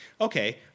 Okay